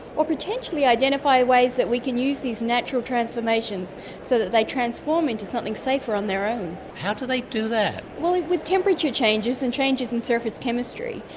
or potentially identify ways that we can use these natural transformations so that they transform into something safer on their own. how do they do that? well, with temperature changes and changes in surface chemistry,